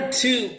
two